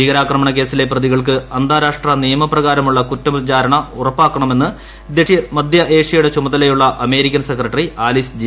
ഭീകരാക്രമണ കേസിലെ പ്രതികൾക് അന്താരാഷ്ട്ര നിയമപ്രകാരമുള്ള കുറ്റ വിചാരണ ഉറപ്പാക്കണമെന്ന് ദക്ഷിണ മധ്യ ഏഷ്യയുടെ ചുമതലയുള്ള അമേരിക്കൻ സെക്രട്ടറി ആലീസ് ജി